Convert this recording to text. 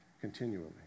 continually